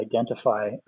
identify